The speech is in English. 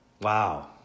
Wow